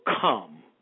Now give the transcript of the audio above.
come